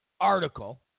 article